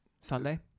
Sunday